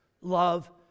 love